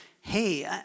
hey